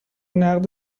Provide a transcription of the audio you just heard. نقد